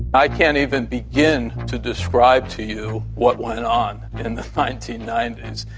i can't even begin to describe to you what went on in the nineteen ninety s.